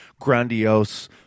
grandiose